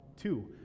two